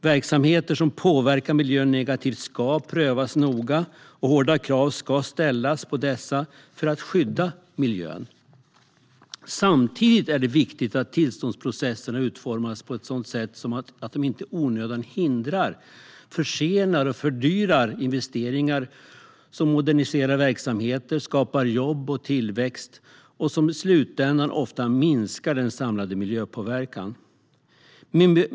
Verksamheter som påverkar miljön negativt ska prövas noga, och hårda krav ska ställas på dessa för att skydda miljön. Samtidigt är det viktigt att tillståndsprocesserna utformas på ett sådant sätt att de inte i onödan hindrar, försenar och fördyrar investeringar som moderniserar verksamheter, skapar jobb och tillväxt och i slutändan ofta minskar den samlade miljöpåverkan.